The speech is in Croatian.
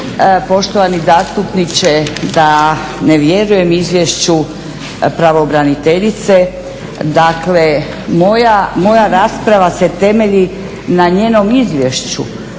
poštovani zastupniče da ne vjerujem izvješću pravobraniteljice. Dakle, moja rasprava se temelji na njenom izvješću.